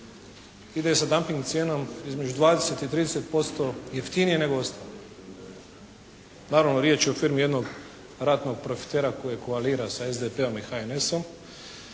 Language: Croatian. ide sa dunping cijenom između 20 i 30% jeftinije nego ostalo. Naravno riječ je o firmi jednog ratnog profitera koji koalira sa SDP-om i HNS-om,